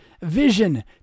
vision